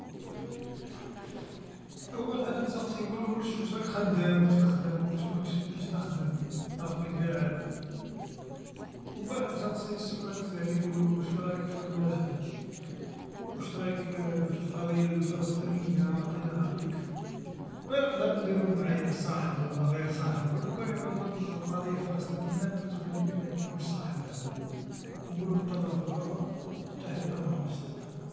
أول حاجه نسقسيه نقولو وش واش راك خدام واش تخدم واش ماكش تخدم، راك في قاعد، وبعد نسقسيه السؤال الثاني واش رايك قال واش رايك في القضيا الفلسطينيه، أعطينا رأيك، بلا قدر نديرو معايا صاحب و لا غير صاحب و لوكان يعضض القضيا الفلسطينييه بالنسبه ليا ما يكونش صاحب هذا و نقولو تلى في روحك و تحيا تمنراست.